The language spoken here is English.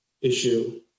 issue